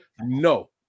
No